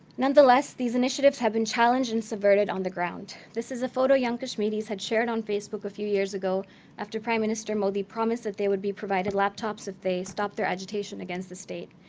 nonetheless, these initiatives have been challenged and subverted on the ground. this is a photo young kashmiris had shared on facebook a few years ago after prime minister modi promised that they would be provided laptops if they stop their agitation against the state.